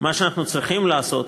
שמה שאנחנו צריכים לעשות,